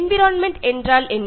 environment என்றால் என்ன